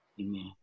Amen